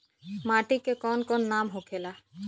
माटी के कौन कौन नाम होखेला?